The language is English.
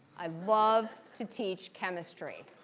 i love to teach chemistry.